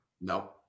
No